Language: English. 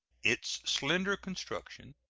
its slender construction,